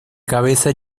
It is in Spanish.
cabeza